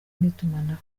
n’itumanaho